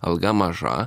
alga maža